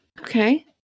okay